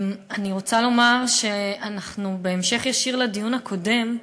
אני רוצה לומר שאנחנו, בהמשך ישיר לדיון הקודם,